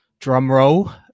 drumroll